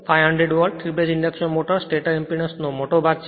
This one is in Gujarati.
500 volt 3 phase induction motor stator impedance નો મોટો ભાગ છે